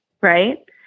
Right